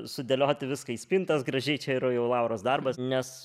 sudėlioti viską į spintas gražiai čia yra jau lauros darbas nes